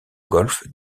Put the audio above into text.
golf